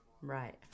Right